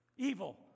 evil